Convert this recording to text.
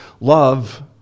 love